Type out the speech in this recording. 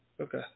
Okay